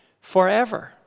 forever